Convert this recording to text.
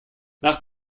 nach